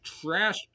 Trash